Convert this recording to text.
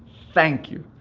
thank you.